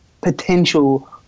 potential